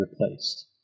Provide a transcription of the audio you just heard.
replaced